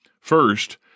First